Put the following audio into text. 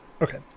okay